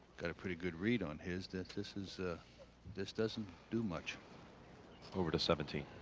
got a pretty good read on his. this, this is ah this doesn't do much over to seventy.